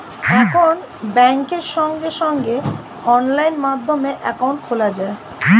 এখন ব্যাংকে সঙ্গে সঙ্গে অনলাইন মাধ্যমে অ্যাকাউন্ট খোলা যায়